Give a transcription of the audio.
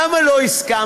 למה לא הסכמת?